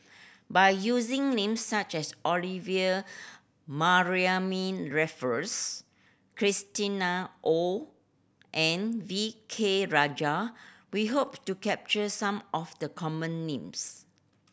by using names such as Olivia Mariamne Raffles Christina Ong and V K Rajah we hope to capture some of the common names